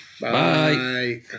Bye